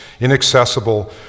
inaccessible